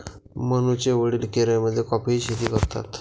मनूचे वडील केरळमध्ये कॉफीची शेती करतात